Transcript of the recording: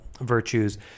virtues